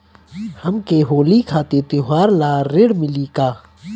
हमके होली खातिर त्योहार ला ऋण मिली का?